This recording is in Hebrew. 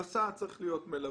על הסעה צריך להיות מלווה.